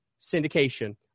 syndication